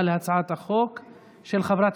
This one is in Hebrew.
להצעתה של חברת